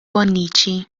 bonnici